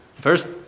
First